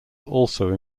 also